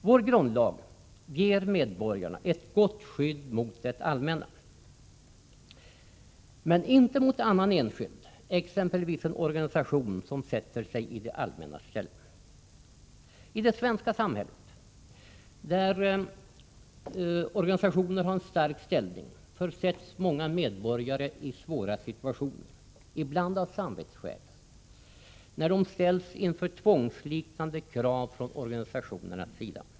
Vår grundlag ger medborgaren ett gott skydd mot det allmänna, men inte mot annan enskild, exempelvis en organisation som sätter sig i det allmännas ställe. I det svenska samhället, där organisationer har en stark ställning, försätts många medborgare i ibland av samvetsskäl svåra situationer, när de ställs inför tvångsliknande krav från organisationernas sida.